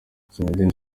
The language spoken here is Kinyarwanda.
zinedine